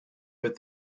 but